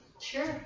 Sure